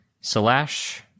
Slash